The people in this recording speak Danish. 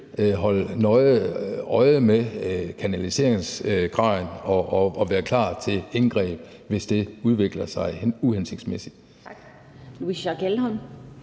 nøje øje med kanaliseringsgraden og være klar til indgreb, hvis det udvikler sig uhensigtsmæssigt.